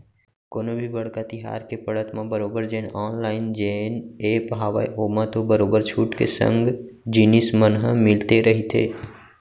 कोनो भी बड़का तिहार के पड़त म बरोबर जेन ऑनलाइन जेन ऐप हावय ओमा तो बरोबर छूट के संग जिनिस मन ह मिलते रहिथे